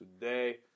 today